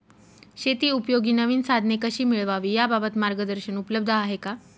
शेतीउपयोगी नवीन साधने कशी मिळवावी याबाबत मार्गदर्शन उपलब्ध आहे का?